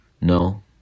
No